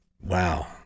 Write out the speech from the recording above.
Wow